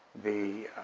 the